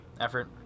effort